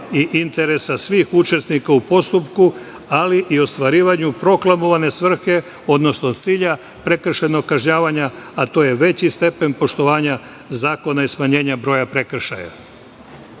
i interesa svih učesnika u postupku, ali i ostvarivanju proklamovane svrhe, odnosno cilja prekršajnog kažnjavanja, a to je veći stepen poštovanja zakona i smanjenje broja prekršaja. Ključne